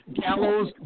Gallows